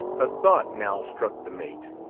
a thought now struck the mate.